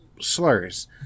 slurs